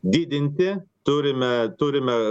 didinti turime turime